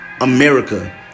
America